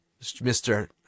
Mr